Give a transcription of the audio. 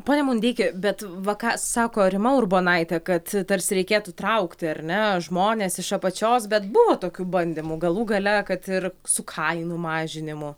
pone mundeiki bet va ką sako rima urbonaitė kad tarsi reikėtų traukti ar ne žmones iš apačios bet buvo tokių bandymų galų gale kad ir su kainų mažinimu